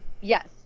Yes